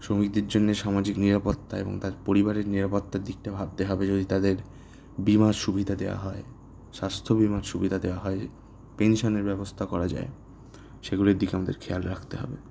শ্রমিকদের জন্যে সামাজিক নিরাপত্তা এবং তার পরিবারের নিরাপত্তার দিকটা ভাবতে হবে যদি তাদের বিমার সুবিধা দেওয়া হয় স্বাস্থ্য বিমার সুবিধা দেওয়া হয় পেনশনের ব্যবস্থা করা যায় সেগুলির দিকে আমাদের খেয়াল রাখতে হবে